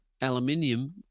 Aluminium